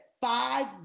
five